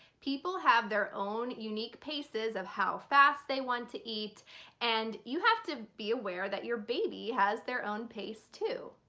people have their own unique paces of how fast they want to eat and you have to be aware that your baby has their own pace too.